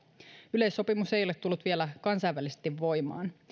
yleissopimus ei ole tullut vielä kansainvälisesti voimaan